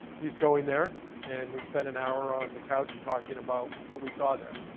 he's going there. and we spent an hour on the couch talking about what we saw there.